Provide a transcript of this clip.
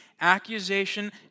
accusation